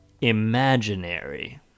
imaginary